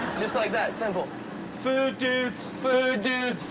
just like that, simple food dude, so food dude.